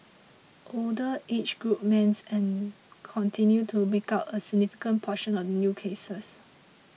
older age groups men and continued to make up a significant proportion of new cases